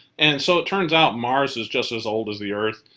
and so it turns out mars is just as old as the earth.